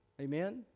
Amen